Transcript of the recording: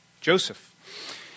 Joseph